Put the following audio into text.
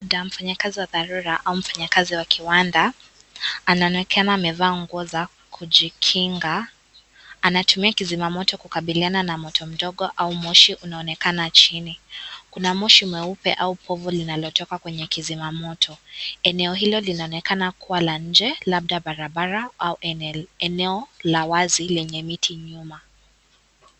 Mfanyikazi wa dharura au mfanyikazi wa kiwanda anaonekana amevaa nguo za kujikinga. Anatumia kizima moto kukabiliana na moto mdogo au moshi unaonekana chini. Kuna moshi mweupe au povu linalotoka kwenye kizimamoto. Eneo hilo linaonekana kuwa la nje, labda barabara au eneo la wazi lenye miti nyuma.